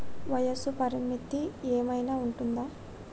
వయస్సు పరిమితి ఏమైనా ఉంటుందా?